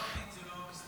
לוגית זה לא מסתדר.